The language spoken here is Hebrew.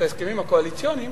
את ההסכמים הקואליציוניים,